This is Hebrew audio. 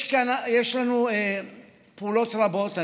יש לנו פעולות רבות,